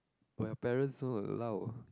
will your parents don't allow